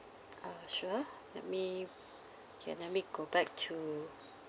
uh sure let me okay let me go back to